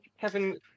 Kevin